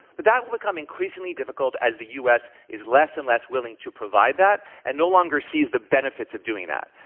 but thatwill become increasingly difficult as the u. s. is less and less willing to provide that and no longer sees the benefits of doing that.